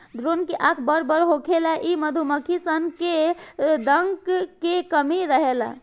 drone के आँख बड़ बड़ होखेला इ मधुमक्खी सन में डंक के कमी रहेला